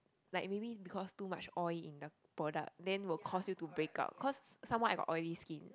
like maybe because too much oil in the product then will cause you to break out cause some more I got oily skin